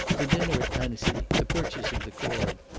the dinner at annecy, the purchase of the cord,